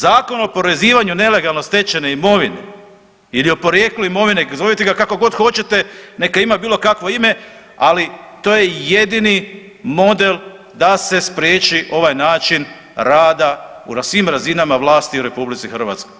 Zakon o oporezivanju nelegalno stečene imovine, ili o Porijeklu imovine, zovite ga kako god hoćete, neka ima bilo kakvo ime, ali to je jedini model da se spriječi ovaj način rada u svim razinama vlasti u Republici Hrvatskoj.